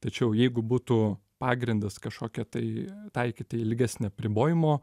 tačiau jeigu būtų pagrindas kažkokią tai taikyti ilgesnę apribojimo